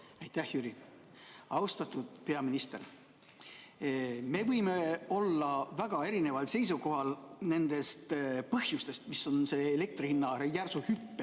Aitäh, Jüri! Austatud peaminister! Me võime olla väga erineval seisukohal nende põhjuste osas, mis on elektri hinna järsu hüppe